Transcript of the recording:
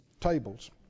tables